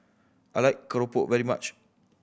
I like keropok very much